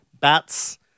Bats